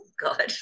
god